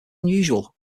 unusual